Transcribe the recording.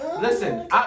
Listen